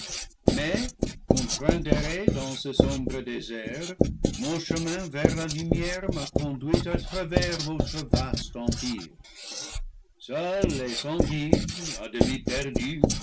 mais contraint d'errer dans ce sombre désert mon chemin vers la lumière m'a con duit à travers votre vaste empire seul et sans guide à demi perdu